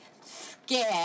scared